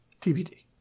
TBD